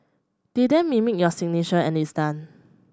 they then mimic your signature and it's done